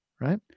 right